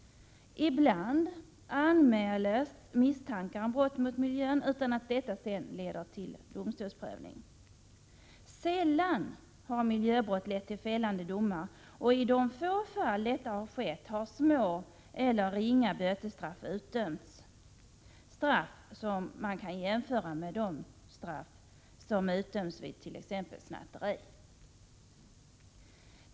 Ibland anmäls misstankar om brott mot miljön utan att detta sedan leder till domstolsprövning. Sällan har miljöbrott lett till fällande domar, och i de få fall detta skett har endast ringa bötesstraff utdömts, straff som kan jämföras med de bötesstraff som utdöms vid t.ex. snatteri.